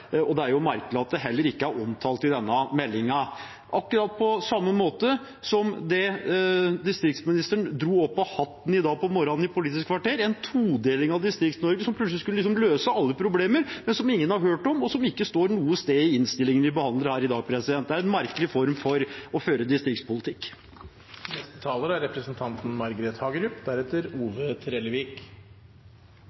Og det er jo merkelig at det heller ikke er omtalt i denne meldingen – på akkurat samme måte som det distriktsministeren dro opp av hatten i dag morges, i Politisk kvarter: en todeling av Distrikts-Norge, som plutselig skulle løse alle problemer, men som ingen har hørt om, og som ikke står noe sted i innstillingen vi behandler her i dag. Det er en merkelig måte å føre distriktspolitikk på. Det farer en elendighetsberetning gjennom landet. Det er